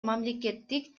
мамлекеттик